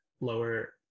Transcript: lower